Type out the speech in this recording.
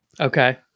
Okay